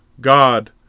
God